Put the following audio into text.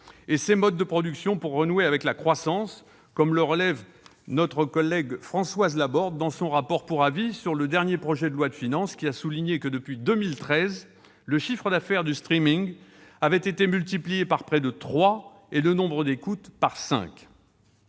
et ses modes de production pour renouer avec la croissance, comme le relève notre collègue Françoise Laborde dans son rapport pour avis sur le dernier projet de loi de finances, qui a souligné que, depuis 2013, le chiffre d'affaires du avait été multiplié par près de trois et le nombre d'écoutes par